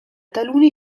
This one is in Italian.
taluni